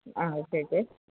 uh okay okay